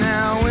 Now